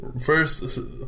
first